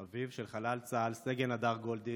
אביו של חלל צה"ל סגן הדר גולדין,